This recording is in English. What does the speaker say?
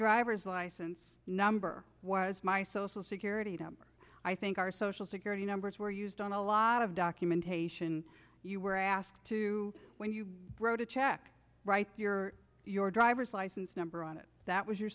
driver's license number was my social security number i think our social security numbers were used on a lot of documentation i ask to when you wrote a check write your your driver's license number on it that was your